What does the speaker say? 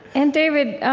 and david,